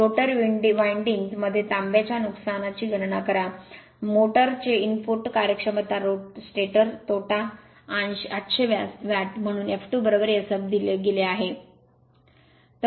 rotor windings मध्ये तांबेच्या नुकसाना ची गणना करा मोटर चे इनपुट कार्यक्षमता स्टेटर तोटा 800 वॅट म्हणून f2Sf दिले गेले आहे